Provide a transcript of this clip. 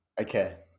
Okay